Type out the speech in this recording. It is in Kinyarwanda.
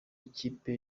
kipe